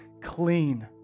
clean